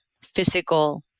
physical